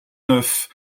neuf